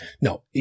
No